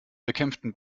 bekämpften